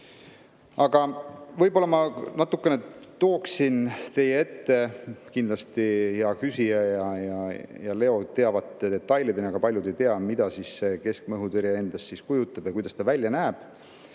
võib-olla ma natukene tooksin teie ette – kindlasti hea küsija ja Leo teavad detailideni, aga paljud ei tea –, mida see keskmaa õhutõrje endast kujutab ja kuidas ta välja näeb.